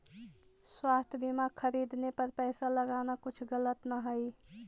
स्वास्थ्य बीमा खरीदने पर पैसा लगाना कुछ गलत न हई